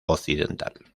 occidental